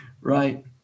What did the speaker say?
Right